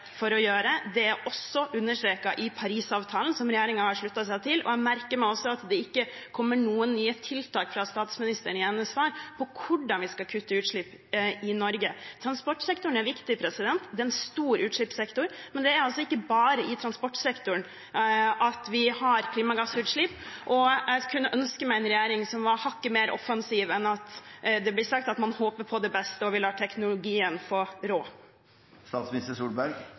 for å gjøre. Det er også understreket i Parisavtalen, som regjeringen har sluttet seg til. Jeg merker meg også at det ikke kommer noen nye tiltak fra statsministeren i hennes svar om hvordan vi skal kutte utslipp i Norge. Transportsektoren er viktig. Det er en stor utslippssektor, men det er ikke bare i transportsektoren at vi har klimagassutslipp. Jeg kunne ønske meg en regjering som var hakket mer offensiv enn å si at man håper på det beste, og vi lar teknologien få